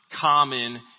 common